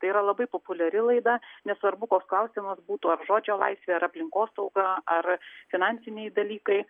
tai yra labai populiari laida nesvarbu koks klausimas būtų ar žodžio laisvė ar aplinkosauga ar finansiniai dalykai